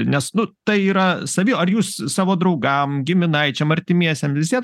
nes nu tai yra savi ar jūs savo draugam giminaičiam artimiesiem visiem